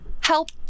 Help